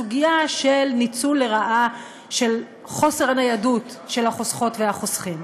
סוגיה של ניצול לרעה של חוסר הניידות של החוסכות והחוסכים.